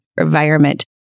environment